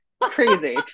Crazy